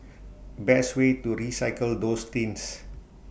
best way to recycle those tins